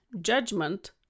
judgment